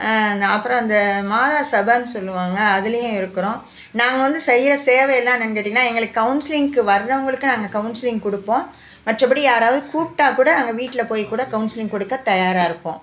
அப்புறம் அந்த மாதா சபை சொல்லுவாங்க அதுலையும் இருக்குறோம் நாங்கள் வந்து செய்யற சேவை எல்லாம் என்னன்னு கேட்டீங்கன்னா எங்களுக்கு கவுன்சிலிங் வரவங்களுக்கு நாங்கள் கவுன்சிலிங் கொடுப்போம் மற்றபடி யாராவது கூப்பிட்டா கூட நாங்கள் வீட்டில் போய் கவுன்சிலிங் கொடுக்க தயாராக இருக்கோம்